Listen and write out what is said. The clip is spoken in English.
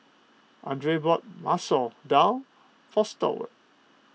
andrae bought Masoor Dal for Stewart